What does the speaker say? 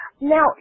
Now